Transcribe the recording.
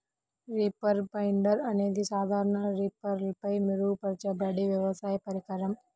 reaper binder అనేది సాధారణ రీపర్పై మెరుగుపరచబడిన వ్యవసాయ పరికరం